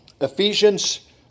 Ephesians